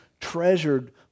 treasured